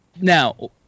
Now